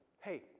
hey